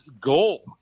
goal